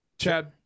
Chad